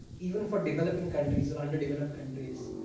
even for developing countries, or underdeveloped countries,